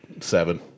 seven